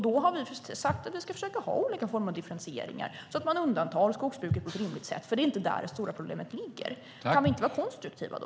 Då har vi sagt att vi ska försöka ha olika former av differentieringar, så att man undantar skogsbruket på ett rimligt sätt. Det är inte där det stora problemet ligger. Kan vi inte vara konstruktiva då?